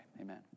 amen